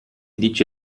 dice